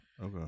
Okay